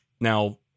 Now